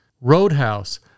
roadhouse